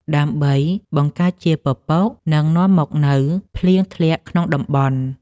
ដើម្បីបង្កើតជាពពក និងនាំមកនូវភ្លៀងធ្លាក់ក្នុងតំបន់។